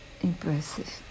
impressive